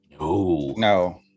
No